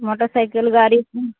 motorcycle गाड़ी